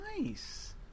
nice